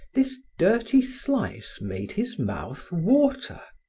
this dirty slice made his mouth water.